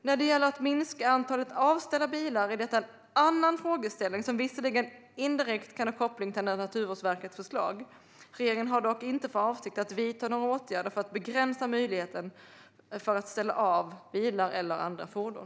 När det gäller att minska antalet avställda bilar är detta en annan frågeställning, som visserligen indirekt kan ha en koppling till Naturvårdsverkets förslag. Regeringen har dock inte för avsikt att vidta några åtgärder för att begränsa möjligheterna att ställa av bilar eller andra fordon.